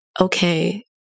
okay